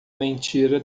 mentira